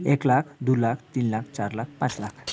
एक लाख दुई लाख तिन लाख चार लाख पाँच लाख